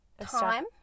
Time